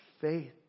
faith